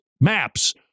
Maps